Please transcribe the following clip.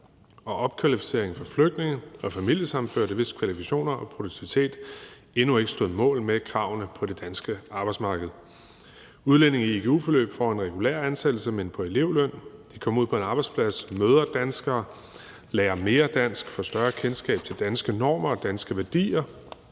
og opkvalificering for flygtninge og familiesammenførte, hvis kvalifikationer og produktivitet endnu ikke stod mål med kravene på det danske arbejdsmarked. Udlændinge i igu-forløb får en regulær ansættelse, men på elevløn. De kommer ud på en arbejdsplads, møder danskere, lærer mere dansk, får et større kendskab til danske normer og danske værdier,